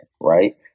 right